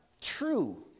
true